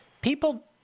People